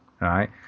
right